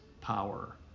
power